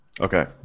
Okay